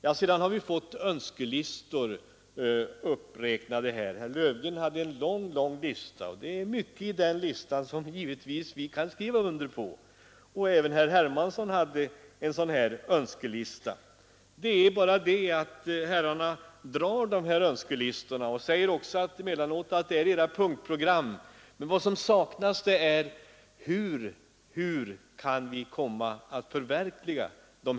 Här har lästs upp önskelistor. Herr Löfgren hade en lång lista med önskemål, och många av dem skulle vi givetvis kunna instämma i. Även herr Hermansson hade en sådan önskelista. Herrarna drar alltså de här önskelistorna och säger också emellanåt att de är era punktprogram. Men vad som saknas är förslag hur önskemålen skall kunna förverkligas.